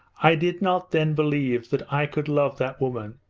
i did not then believe that i could love that woman.